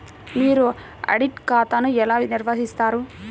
మీరు ఆడిట్ ఖాతాను ఎలా నిర్వహిస్తారు?